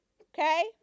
Okay